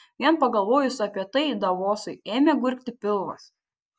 vien pagalvojus apie tai davosui ėmė gurgti pilvas